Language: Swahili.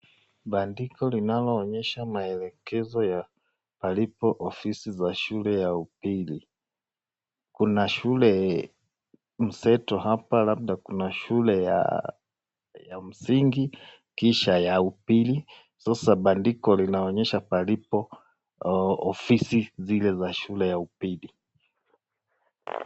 Bandiko linaloonyesha maelekezo ya palipo ofisi za shule ya upili. Kuna shule mseto hapa labda kuna shule ya msingi, kisha ya upili. Sasa bandiko linaonyesha palipo ofisi zile za shule ya upili.